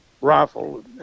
rifle